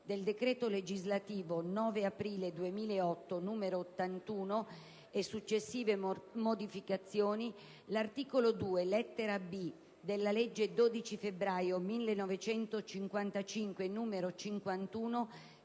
del decreto legislativo 9 aprile 2008, n. 81, e successive modificazioni, l'articolo 2, lettera *b)*, della legge 12 febbraio 1955, n. 51,